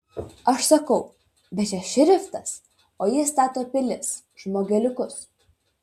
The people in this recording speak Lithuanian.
aš sakau bet čia šriftas o jis stato pilis žmogeliukus